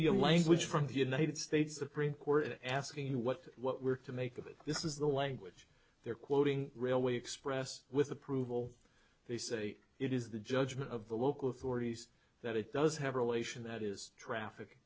your language from the united states supreme court asking you what what we're to make of it this is the language they're quoting railway express with approval they say it is the judgment of the local authorities that it does have relation that is traffic